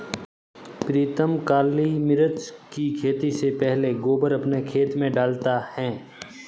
प्रीतम काली मिर्च की खेती से पहले गोबर अपने खेत में डालता है